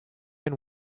and